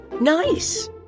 nice